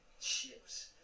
chips